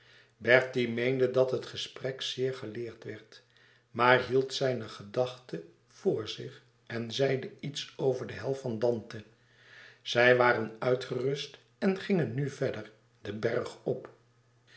bertie meende dat het gesprek zeer geleerd werd maar hield zijne gedachte voor zich en zeide iets over de hel van dante zij waren uitgerust en gingen nu verder den berg op